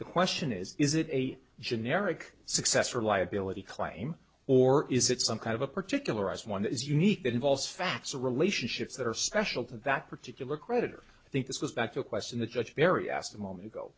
the question is is it a generic successor liability claim or is it some kind of a particular as one that is unique that involves facts or relationships that are special to that particular creditor i think this was back to a question the judge very asked a moment ago